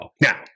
Now